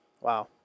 Wow